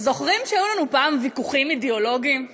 זוכרים שהיו לנו פעם ויכוחים אידיאולוגיים?